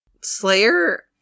Slayer